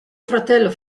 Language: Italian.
fratello